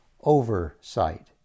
oversight